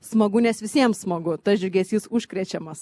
smagu nes visiems smagu tas džiugesys užkrečiamas